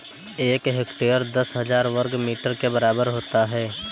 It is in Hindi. एक हेक्टेयर दस हजार वर्ग मीटर के बराबर होता है